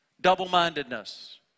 Double-mindedness